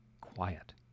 quiet